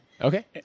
okay